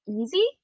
easy